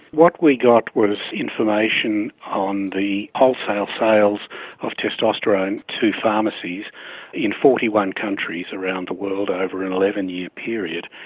what we got was information on the wholesale sales of testosterone to pharmacies in forty one countries around the world over an eleven year period,